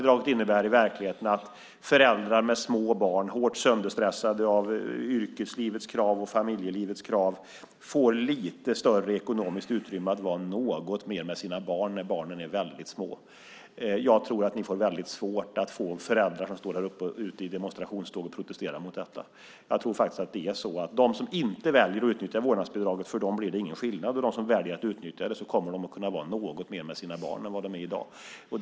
I verkligheten innebär vårdnadsbidraget att föräldrar som har små barn och som är hårt sönderstressade av yrkeslivets och familjelivets krav får ett lite större ekonomiskt utrymme för att vara något mer med sina barn när dessa är väldigt små. Jag tror att ni får väldigt svårt att få föräldrar att gå ut i demonstrationståg för att protestera mot detta. Jag tror faktiskt att det är så att det för dem som inte väljer att utnyttja vårdnadsbidraget inte blir någon skillnad. De som väljer att utnyttja det kommer att kunna vara något mer med sina barn än de i dag kan vara.